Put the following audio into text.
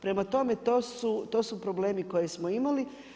Prema tome, to su problemi koje smo imali.